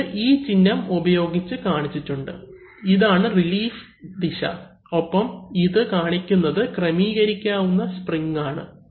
ഇത് ഈ ചിഹ്നം ഉപയോഗിച്ച് കാണിച്ചിട്ടുണ്ട് ഇതാണ് റിലീഫ് ദിശ ഒപ്പം ഇത് കാണിക്കുന്നത് ക്രമീകരിക്കാവുന്ന സ്പ്രിംഗ് ആണ്